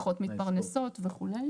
פחות מתפרנסות וכו'.